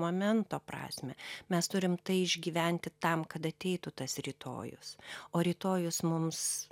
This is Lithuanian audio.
momento prasmę mes turim tai išgyventi tam kad ateitų tas rytojus o rytojus mums